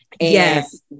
Yes